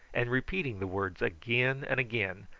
and repeating the words again and again,